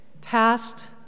Past